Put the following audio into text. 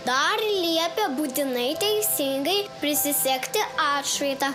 dar liepia būtinai teisingai prisisegti atšvaitą